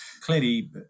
clearly